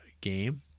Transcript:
game